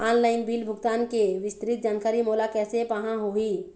Online bill भुगतान के विस्तृत जानकारी मोला कैसे पाहां होही?